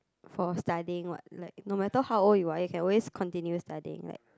for studying what like no matter how old you are you can always continue studying like